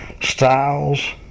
styles